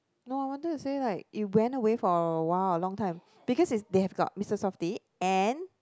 no I wanted to say like it went away for a while a long time because they have got Mister softee and